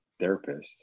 therapists